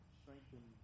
strengthen